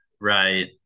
Right